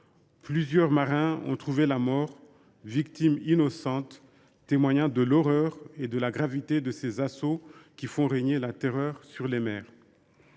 Plusieurs marins y ont en effet trouvé la mort. Ces victimes innocentes témoignent de l’horreur et de la gravité de ces assauts, qui font régner la terreur sur les mers.